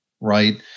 right